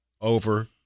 over